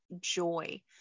joy